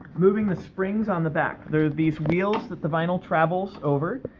moving the springs on the back. they're these wheels that the vinyl travels over,